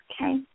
Okay